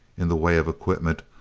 in the way of equipment,